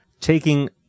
taking